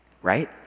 Right